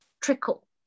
trickle